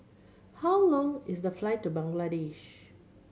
how long is the flight to Bangladesh